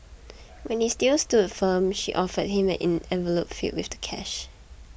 when he still stood firm she offered him an envelope filled with the cash